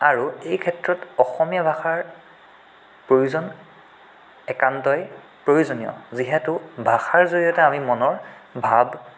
আৰু এইক্ষেত্ৰত অসমীয়া ভাষাৰ প্ৰয়োজন একান্তই প্ৰয়োজনীয় যিহেতু ভাষাৰ জৰিয়তে আমি মনৰ ভাৱ